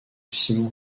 simon